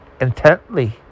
intently